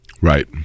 right